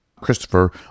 Christopher